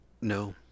No